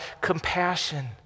compassion